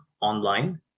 online